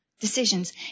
decisions